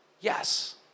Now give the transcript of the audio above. yes